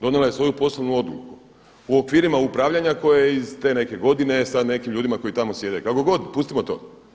Donijela je svoju poslovnu odluku u okvirima upravljanja koja je iz te neke godine sa nekim ljudima koji tamo sjede, kako god, pustimo to.